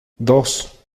dos